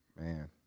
Man